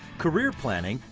career planning,